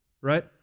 right